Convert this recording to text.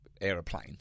aeroplane